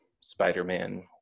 Spider-Man